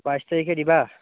বাইছ তাৰিখে দিবা